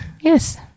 Yes